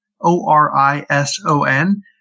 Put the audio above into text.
O-R-I-S-O-N